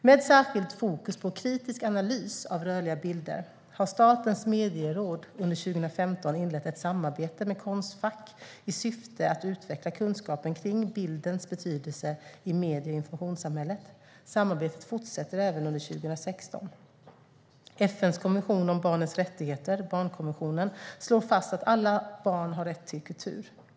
Med särskilt fokus på kritisk analys av rörliga bilder har Statens medieråd under 2015 inlett ett samarbete med Konstfack i syfte att utveckla kunskapen kring bildens betydelse i medie och informationssamhället. Samarbetet fortsätter även under 2016. FN:s konvention om barnets rättigheter - barnkonventionen - slår fast att alla barn har rätt till kultur.